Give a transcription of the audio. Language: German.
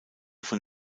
von